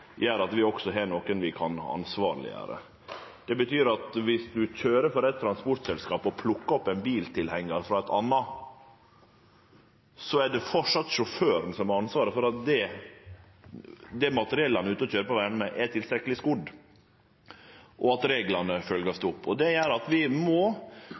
gjer at vi også har nokon vi kan ansvarleggjere. Det betyr at viss ein køyrer for eit transportselskap og plukkar opp ein biltilhengjar frå eit anna, er det framleis sjåføren som har ansvaret for at det materiellet han er ute og køyrer med på vegane, er tilstrekkeleg skodd, og at reglane vert følgde. Det gjer at vi må